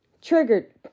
triggered